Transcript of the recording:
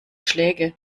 schläge